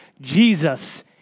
Jesus